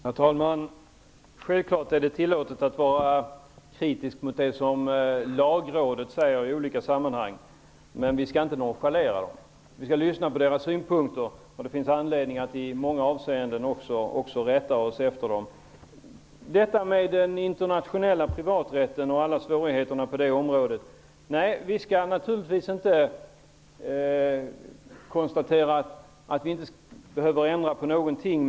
Herr talman! Självfallet är det tillåtet att vara kritisk mot vad Lagrådet säger i olika sammanhang, men vi skall inte nonchalera det. Vi skall lyssna på Lagrådets synpunkter. Det finns anledning att i många avseenden också rätta oss efter det. Beträffande den internationella privaträtten och alla svårigheter på området skall vi naturligtvis inte konstatera att vi inte behöver ändra på någonting.